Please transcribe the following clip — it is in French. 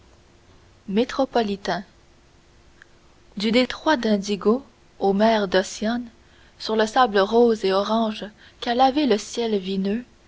métropolitain du détroit d'indigo aux mers d'ossian sur le sable rose et orange qu'a lavé le ciel vineux